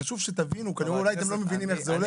חשוב שתבינו, אולי אתם לא מבינים איך זה הולך.